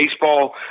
Baseball